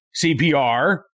CPR